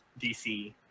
dc